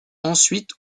ensuite